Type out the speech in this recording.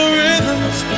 rhythms